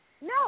No